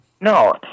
no